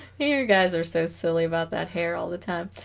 here guys are so silly about that hair all the time